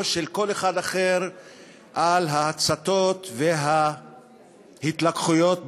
של כל אחד אחר על ההצתות וההתלקחויות בכרמל,